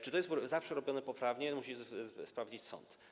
Czy to jest zawsze robione poprawnie, to musi sprawdzić sąd.